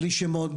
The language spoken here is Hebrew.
בלי שמות,